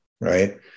right